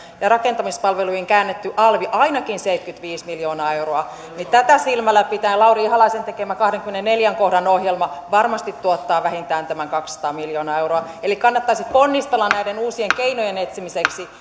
ja rakentamispalvelujen käännetty alvi ainakin seitsemänkymmentäviisi miljoonaa euroa ja tätä silmällä pitäen lauri ihalaisen tekemä kahdennenkymmenennenneljännen kohdan ohjelma varmasti tuottaa vähintään tämän kaksisataa miljoonaa euroa eli kannattaisi ponnistella näiden uusien keinojen etsimiseksi